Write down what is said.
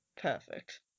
Perfect